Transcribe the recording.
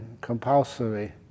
compulsory